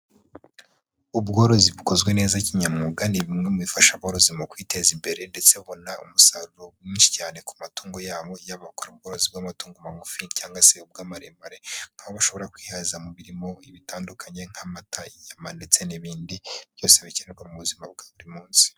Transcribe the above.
Ubworozi bukozwe neza kinyamwuga, ni bimwe mu bifasha aborozi mu kwiteza imbere ndetse babona umusaruro mwinshi cyane ku matungo yabo, yaba abakora ubworozi bw'amatungo magufi cyangwa se ubw'amaremare, aho bashobora kwihazamo birimo bitandukanye nk'amata, inyama ndetse n'ibindi byose bikenerwa mu buzima bwa buri munsi.